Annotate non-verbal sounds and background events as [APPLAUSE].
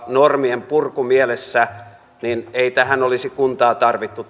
[UNINTELLIGIBLE] normienpurkumielessä ei tähän parveketupakointikiellon määräämiseen olisi kuntaa tarvittu [UNINTELLIGIBLE]